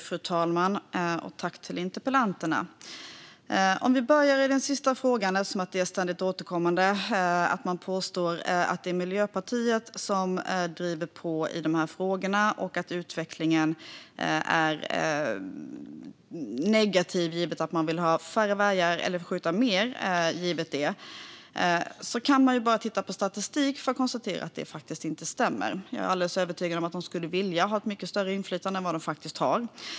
Fru talman! Jag tackar debattörerna. Jag börjar med den sista frågan. Eftersom det ständigt återkommande påstås att det är Miljöpartiet som driver på i de här frågorna och att utvecklingen är negativ, givet att man vill ha färre vargar eller att man ska få skjuta fler, kan man titta på statistiken för att konstatera att det faktiskt inte stämmer. Jag är alldeles övertygad om att de skulle vilja ha ett mycket större inflytande än vad de faktiskt har.